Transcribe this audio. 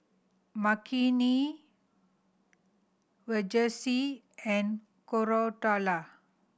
Makineni Verghese and Koratala